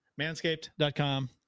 Manscaped.com